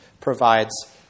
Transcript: provides